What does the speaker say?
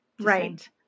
Right